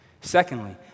Secondly